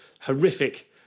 horrific